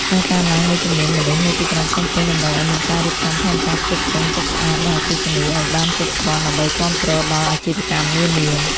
ការកើនឡើងនៃចំនួនមនុស្សនៅទីក្រុងភ្នំពេញ តម្រូវឱ្យមានការរៀបចំផែនការផ្គត់ផ្គង់ទឹកស្អាត និងអគ្គិសនីឱ្យបានគ្រប់គ្រាន់ដើម្បីគាំទ្រដល់អាជីវកម្មនានា។